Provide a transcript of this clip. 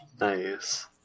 Nice